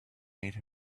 made